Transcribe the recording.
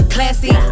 Classy